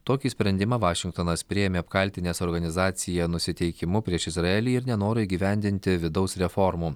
tokį sprendimą vašingtonas priėmė apkaltinęs organizaciją nusiteikimu prieš izraelį ir nenorą įgyvendinti vidaus reformų